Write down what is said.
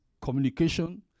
communication